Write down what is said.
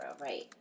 right